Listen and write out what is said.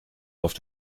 auf